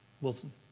Wilson